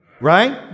Right